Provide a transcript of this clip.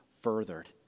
furthered